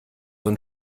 und